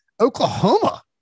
Oklahoma